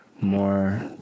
more